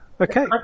Okay